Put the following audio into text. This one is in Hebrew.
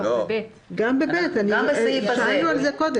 דיברנו על זה קודם.